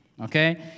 Okay